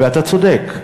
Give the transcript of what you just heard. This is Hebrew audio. ואתה צודק,